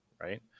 right